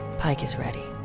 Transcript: pike is ready.